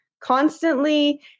constantly